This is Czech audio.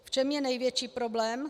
V čem je největší problém?